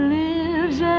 lives